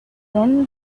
thin